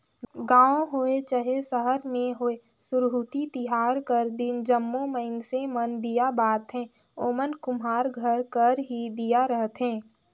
गाँव होए चहे सहर में होए सुरहुती तिहार कर दिन जम्मो मइनसे मन दीया बारथें ओमन कुम्हार घर कर ही दीया रहथें